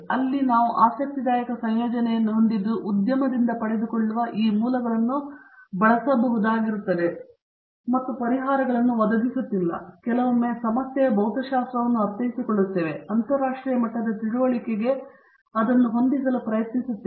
ಅಲ್ಲಿ ನಾವು ಆಸಕ್ತಿದಾಯಕ ಸಂಯೋಜನೆಯನ್ನು ಹೊಂದಿದ್ದು ನಾವು ಉದ್ಯಮದಿಂದ ಪಡೆದುಕೊಳ್ಳುವ ಈ ಮೂಲಗಳನ್ನು ಬಳಸಬಹುದಾಗಿರುತ್ತದೆ ಮತ್ತು ಪರಿಹಾರಗಳನ್ನು ಒದಗಿಸುತ್ತಿಲ್ಲ ಕೆಲವೊಮ್ಮೆ ಸಮಸ್ಯೆಯ ಭೌತಶಾಸ್ತ್ರವನ್ನು ಅರ್ಥೈಸಿಕೊಳ್ಳುತ್ತೇವೆ ಅಂತರರಾಷ್ಟ್ರೀಯ ಮಟ್ಟದ ತಿಳುವಳಿಕೆಗೆ ಅದನ್ನು ಹೊಂದಿಸಲು ಪ್ರಯತ್ನಿಸುತ್ತೇವೆ